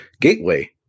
Gateway